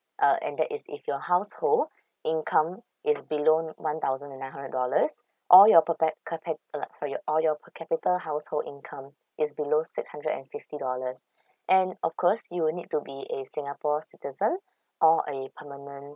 uh and that is if your household income is below one thousand and a hundred dollars all your protect carpet uh sorry all your per capital household income is below six hundred and fifty dollars and of course you will need to be a singapore citizen or a permanent